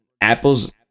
Apple's